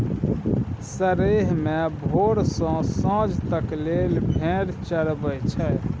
सरेह मे भोर सँ सांझ तक लेल भेड़ चरबई छै